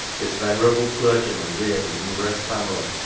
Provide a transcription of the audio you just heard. this venerable clergyman reared a numer ous family,